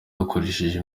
dukoresheje